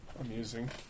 amusing